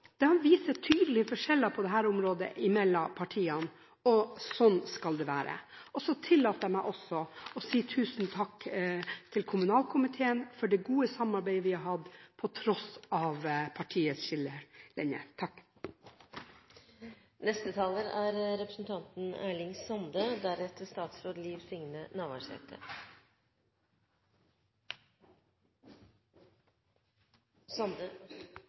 det har vist seg å være tydelige forskjeller mellom partiene på dette området – sånn skal det være. Jeg tillater meg også å si tusen takk til kommunalkomiteen for det gode samarbeidet vi har hatt – på tross av